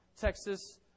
Texas